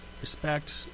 Respect